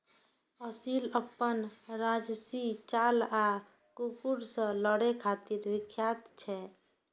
असील अपन राजशी चाल आ कुकुर सं लड़ै खातिर विख्यात छै